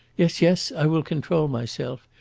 yes, yes i will control myself.